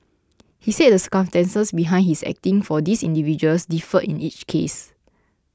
he said the circumstances behind his acting for these individuals differed in each case